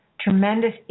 tremendous